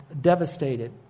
devastated